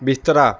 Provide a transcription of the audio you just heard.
ਬਿਸਤਰਾ